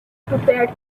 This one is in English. prepared